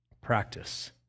practice